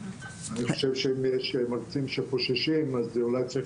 אני חושב שמרצים שחוששים אז אולי צריך